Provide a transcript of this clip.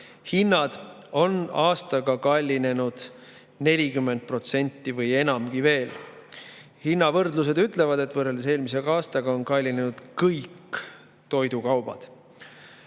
hinnad on aastaga kallinenud 40% või enamgi veel. Hinnavõrdlused ütlevad, et võrreldes eelmise aastaga on kallinenud kõik toidukaubad.